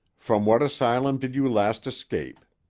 from what asylum did you last escape?